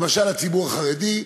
למשל, הציבור החרדי,